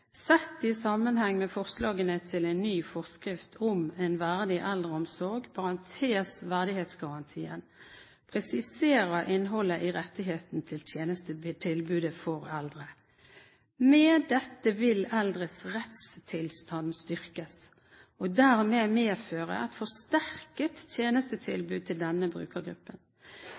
sett i sammenheng med forslagene i en ny forskrift om en verdig eldreomsorg presiserer innholdet i rettigheten til tjenestetilbudet for eldre. Med dette vil eldres rettstilstand styrkes og dermed medføre et forsterket tjenestetilbud til denne brukergruppen.